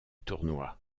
tournoi